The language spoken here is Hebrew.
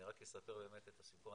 אני רק אספר באמת את הסיפור,